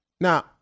Now